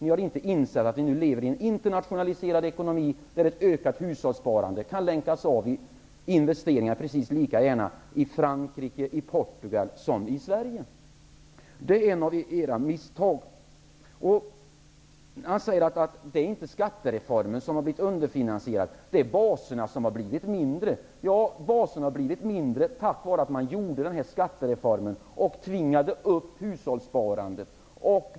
Vi har inte insett att vi nu lever i en internationaliserad ekonomi, där ett ökat hushållssparande kan länkas in i investeringar, precis lika gärna i Frankrike och i Portugal som i Statsrådet Lundgren säger att det inte är skattereformen som är underfinansierad, utan baserna som har blivit mindre. Ja, de har blivit mindre på grund av att man genomförde skattereformen och tvingade upp hushållssparandet.